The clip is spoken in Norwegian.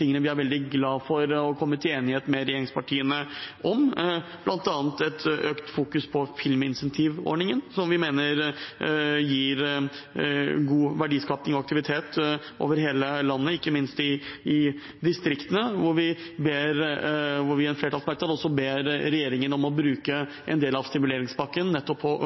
vi er veldig glad for å ha kommet til enighet med regjeringspartiene om, bl.a. et økt fokus på filminsentivordningen, som vi mener gir god verdiskaping og aktivitet over hele landet, ikke minst i distriktene. I en flertallsmerknad ber vi regjeringen om å bruke en del av stimuleringspakken nettopp på